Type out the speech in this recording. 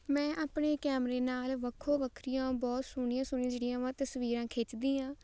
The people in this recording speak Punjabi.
ਮੈਂ ਆਪਣੇ ਕੈਮਰੇ ਨਾਲ ਵੱਖੋ ਵੱਖਰੀਆਂ ਬਹੁਤ ਸੋਹਣੀਆਂ ਸੋਹਣੀਆਂ ਜਿਹੜੀਆਂ ਵਾਂ ਤਸਵੀਰਾਂ ਖਿੱਚਦੀ ਹਾਂ